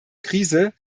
krise